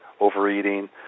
overeating